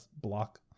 block